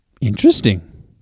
Interesting